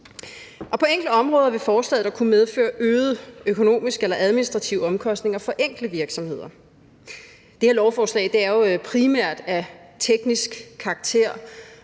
På enkelte områder vil forslaget dog kunne medføre øgede økonomiske eller administrative omkostninger for enkelte virksomheder. Det her lovforslag er jo primært af teknisk karakter,